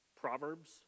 proverbs